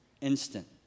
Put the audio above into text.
instant